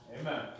Amen